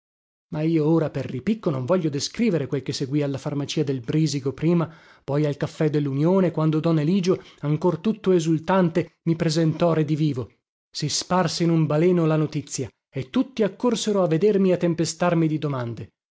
ma io ora per ripicco non voglio descrivere quel che seguì alla farmacia del brìsigo prima poi al caffè dellunione quando don eligio ancor tutto esultante mi presentò redivivo si sparse in un baleno la notizia e tutti accorsero a vedermi e a tempestarmi di domande